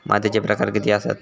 मातीचे प्रकार किती आसत?